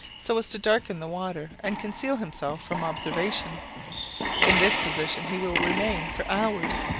so as to darken the water and conceal himself from observation in this position he will remain for hours,